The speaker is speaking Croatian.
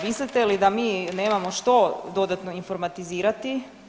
Mislite li da mi nemamo što dodatno informatizirati?